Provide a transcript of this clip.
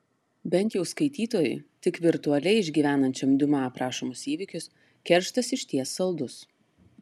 bent jau skaitytojui tik virtualiai išgyvenančiam diuma aprašomus įvykius kerštas išties saldus